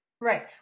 Right